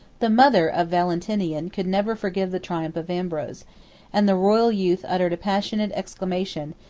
the mother of valentinian could never forgive the triumph of ambrose and the royal youth uttered a passionate exclamation,